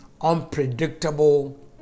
unpredictable